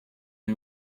jeu